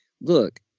Look